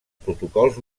protocols